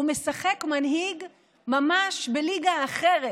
הוא משחק מנהיג ממש בליגה אחרת,